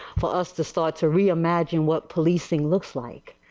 for us to start to reimagine what policing looks like.